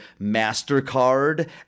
MasterCard